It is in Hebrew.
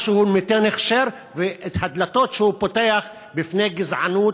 שנותן הכשר ופותח את הדלתות בפני גזענות